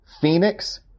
Phoenix